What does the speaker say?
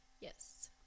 Yes